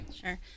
Sure